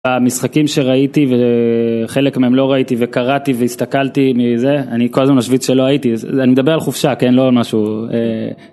המשחקים שראיתי וחלק מהם לא ראיתי וקראתי והסתכלתי מזה אני קודם משויץ שלא הייתי אני מדבר על חופשה כן לא על משהו